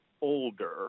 older